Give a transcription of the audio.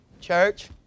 Church